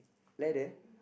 ladder